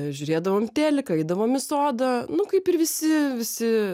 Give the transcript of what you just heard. žiūrėdavom teliką eidavom į sodą nu kaip ir visi visi